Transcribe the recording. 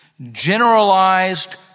generalized